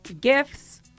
gifts